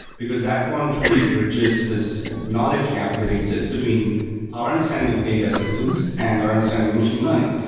because that one truly bridges this knowledge gap that exists between our understanding of data systems and our understanding of machine learning.